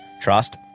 trust